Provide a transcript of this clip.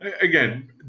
again